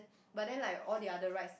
but then like all the other rides